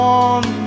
one